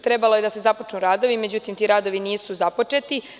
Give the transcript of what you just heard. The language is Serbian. Trebalo je da se započnu radovi, međutim ti radovi nisu započeti.